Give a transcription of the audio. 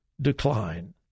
decline